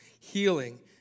healing